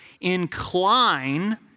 incline